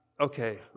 okay